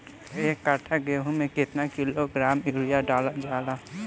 एक कट्टा गोहूँ में केतना किलोग्राम यूरिया डालल जाला?